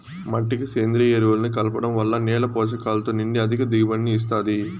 మట్టికి సేంద్రీయ ఎరువులను కలపడం వల్ల నేల పోషకాలతో నిండి అధిక దిగుబడిని ఇస్తాది